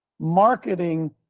marketing